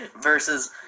versus